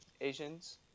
Asians